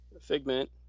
Figment